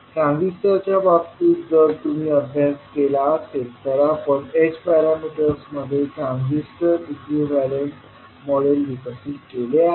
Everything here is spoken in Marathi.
ट्रान्झिस्टरच्या बाबतीत जर तुम्ही अभ्यास केला असेल तर आपण h पॅरामीटर्समध्ये ट्रान्झिस्टरचे इक्विवलेंत मॉडेल विकसित केले आहे